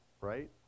right